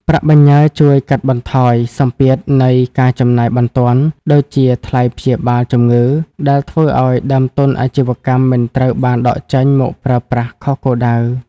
ប្រាក់បញ្ញើជួយកាត់បន្ថយសម្ពាធនៃ "ការចំណាយបន្ទាន់" ដូចជាថ្លៃព្យាបាលជំងឺ ដែលធ្វើឱ្យដើមទុនអាជីវកម្មមិនត្រូវបានដកចេញមកប្រើប្រាស់ខុសគោលដៅ។